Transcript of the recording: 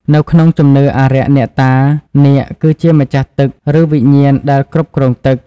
នៅក្នុងជំនឿអារក្សអ្នកតា នាគគឺជា ម្ចាស់ទឹក ឬវិញ្ញាណដែលគ្រប់គ្រងទឹក។